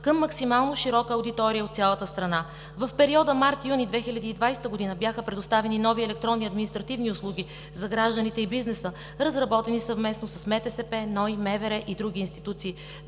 към максимално широка аудитория от цялата страна. В периода март-юни 2020 г. бяха предоставени нови електронни административни услуги за гражданите и бизнеса, разработени съвместно с МТСП, НОИ, МВР и други институции.